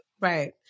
Right